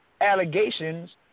allegations